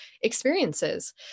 experiences